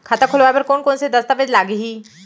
खाता खोलवाय बर कोन कोन से दस्तावेज लागही?